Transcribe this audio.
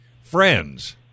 friends